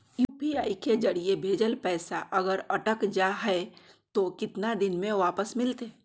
UPI के जरिए भजेल पैसा अगर अटक जा है तो कितना दिन में वापस मिलते?